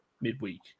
midweek